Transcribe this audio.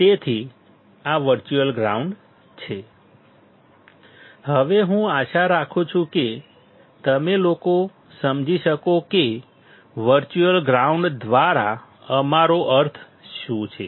તેથી આ virtual ground છે હવે હું આશા રાખું છું કે તમે લોકો સમજી શકશો કે વર્ચ્યુઅલ ગ્રાઉન્ડ દ્વારા અમારો અર્થ શું છે